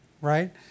right